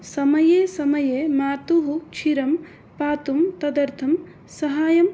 समये समये मातुः क्षीरं पातुं तदर्थं साहाय्यं